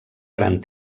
gran